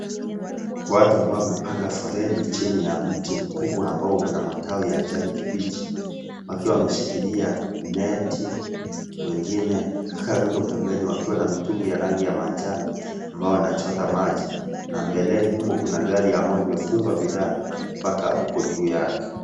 Watu ambao wamepanga foleni chini ya mti mkubwa ambao uko na matawi ya kijani kibichi. Wakiwa wameishikilia neti, wengine kando pembeni wakiwa na mitungi ya rangi ya manjano ambao, wanachota maji na mbeleni humo kuna gari ambayo imefungwa bidhaa mpaka huko juu yake.